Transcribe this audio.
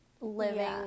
living